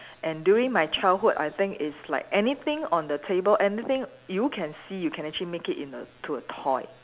and during my childhood I think it's like anything on the table anything you can see you can actually make it in a to a toy